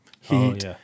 heat